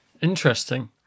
Interesting